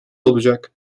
olacak